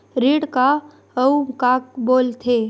ऋण का अउ का बोल थे?